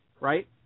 right